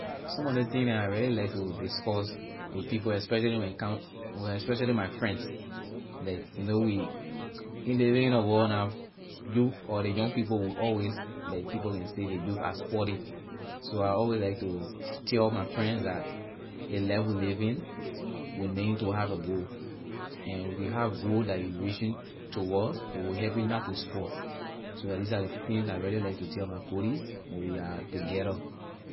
Some of ley thing neh I really to discuss with people especially when it come especially my friends like you know we living in a world now youth or the young people will always like people can say the youth are spoiling so I always like to tell my friends that the life we living we need to have a goal and if you have goal that you reaching toward it will help you not to spoil so these are the things that I really like to tell my colleagues when we are together.